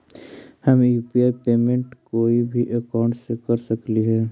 हम UPI payment कोई भी अकाउंट से कर सकली हे?